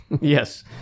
yes